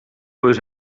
was